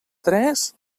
tres